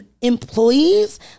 employees